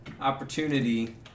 opportunity